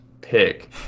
pick